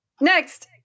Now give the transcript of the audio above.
Next